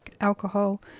alcohol